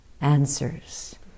answers